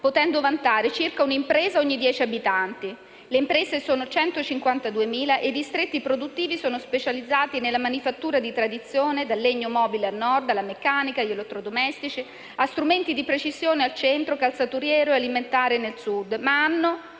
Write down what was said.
potendo vantare un'impresa circa ogni dieci abitanti. Le imprese sono 152.000 e i distretti produttivi sono specializzati nella manifattura di tradizione, dal legno, al mobile al Nord, alla meccanica e agli elettrodomestici, a strumenti di precisione al Centro, nonché al calzaturiero e all'alimentare al Sud. Le imprese